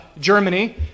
Germany